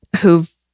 who've